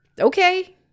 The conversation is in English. Okay